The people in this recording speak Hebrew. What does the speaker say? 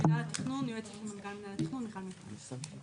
מנהל התכנון, יועצת מנכל מנהל התכנון, מיכל מטרני.